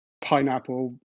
pineapple